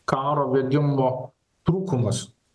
karo vedimo trūkumas